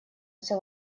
все